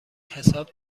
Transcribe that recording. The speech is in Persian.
حساب